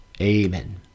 Amen